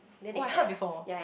oh I heard before